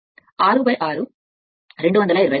కాబట్టి 6 6 224